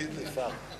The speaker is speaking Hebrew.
לא כעת.